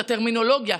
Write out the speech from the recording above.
את הטרמינולוגיה,